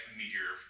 meteor